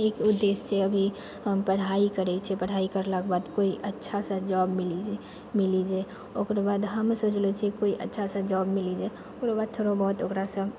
एक उद्देश्य ई हम पढ़ाइ करै छियै पढ़ाइ करलाके बाद कोई अच्छा सा जॉब मिली जे मिली जे ओकरो बाद जे हमे सोचलौ छियै कोई अच्छा सा जॉब मिली जे ओकर बाद थोड़ा बहुत ओकरासँ